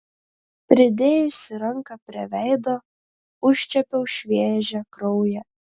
pridėjusi ranką prie veido užčiuopiau šviežią kraują